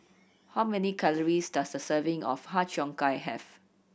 how many calories does a serving of Har Cheong Gai have